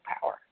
power